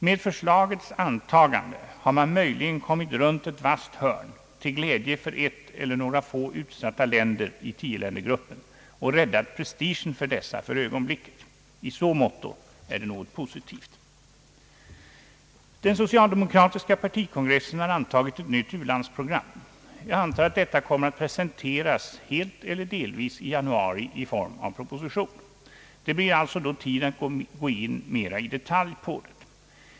Med förslagets antagande har man möjligen kommit runt ett vasst hörn till glädje för ett eller några få utsatta länder i tioländergruppen och räddat prestigen för dessa för Allmänpolitisk debatt ögonblicket. I så måtto är det något positivt. Den socialdemokratiska partikongressen har antagit ett nytt u-landsprogram. Jag antar att detta kommer att presenteras för oss helt eller delvis i Januari i form av en proposition. Det blir då tid att gå in mera i detalj.